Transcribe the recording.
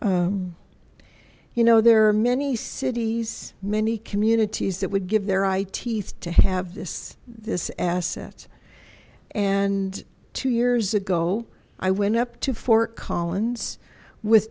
n you know there are many cities many communities that would give their eye teeth to have this this asset and two years ago i went up to fort collins with